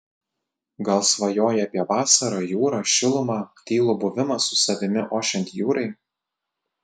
gal svajoji apie vasarą jūrą šilumą tylų buvimą su savimi ošiant jūrai